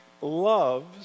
loves